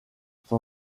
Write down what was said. son